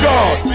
God